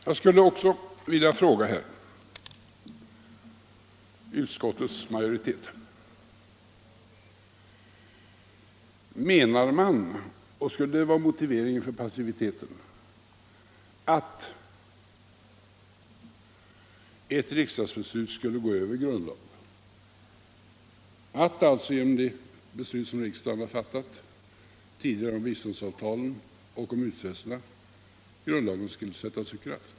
Jag skulle också vilja fråga utskottets majoritet: Menar man — och skulle det vara motiveringen för passiviteten — att ett riksdagsbeslut skulle sätta sig över grundlagen, nämligen att genom det beslut som riksdagen fattat tidigare om biståndsavtalen och om utfästelserna grundlagen skulle sättas ur kraft?